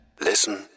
Listen